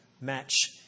match